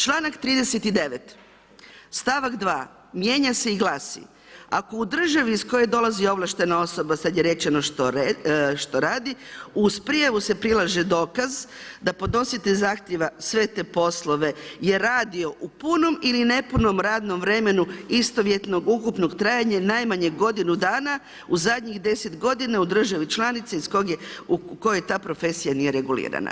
Čl. 39., st. 2. mijenja se i glasi, ako u državi iz koje dolazi ovlaštena osoba, sad je rečeno što radi, uz prijavu se prilaže dokaz da podnositelj zahtjeva sve te poslove je radio u punom ili nepunom radnom vremenu istovjetnog ukupnog trajanja najmanje godinu dana u zadnjih 10 godina u državi članici iz kog je u kojoj ta profesija nije regulirana.